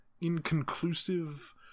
inconclusive